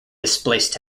displaced